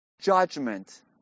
judgment